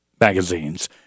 magazines